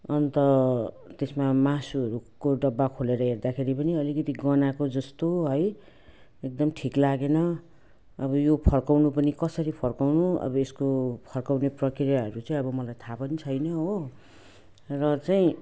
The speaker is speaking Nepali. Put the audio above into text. अन्त त्यसमा मासुहरूको डब्बा खोलेर हेर्दाखेरि पनि अलिकति गन्हाएको जस्तो है एकदम ठिक लागेन अब यो फर्काउनु पनि कसरी फर्काउनु अब यसको फर्काउने प्रक्रियाहरू चाहिँ अब मलाई थाहा पनि छैन हो र चाहिँ